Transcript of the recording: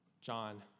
john